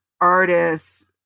artists